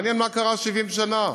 מעניין מה קרה 70 שנה,